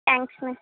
thanks ma'am